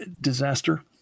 disaster